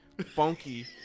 funky